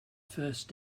first